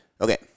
Okay